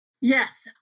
Yes